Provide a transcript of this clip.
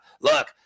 Look